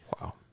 Wow